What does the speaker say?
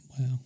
Wow